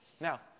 Now